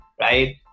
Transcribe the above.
right